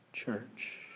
Church